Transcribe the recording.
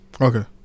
Okay